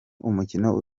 umukino